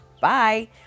Bye